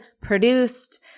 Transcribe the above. produced